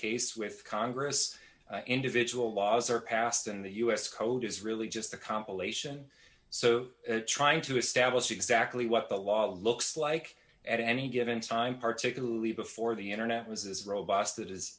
case with congress individual laws are passed in the us code is really just a compilation so trying to establish exactly what the law looks like at any given time particularly before the internet was this robots that